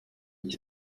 iki